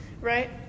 Right